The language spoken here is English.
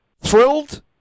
Thrilled